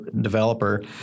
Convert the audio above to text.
developer